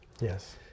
Yes